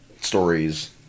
stories